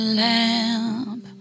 lamp